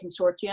consortium